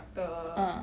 ah